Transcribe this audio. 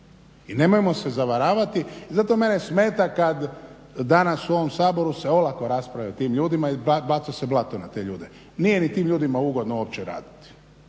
i nemojmo se zavaravati. Zato mene smeta kad danas u ovom Saboru se olako raspravlja o tim ljudima i baca se blato na te ljude. Nije ni tim ljudima ugodno uopće raditi.